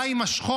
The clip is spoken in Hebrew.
די עם השכול.